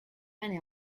many